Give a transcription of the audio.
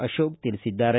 ಅಶೋಕ ತಿಳಿಸಿದ್ದಾರೆ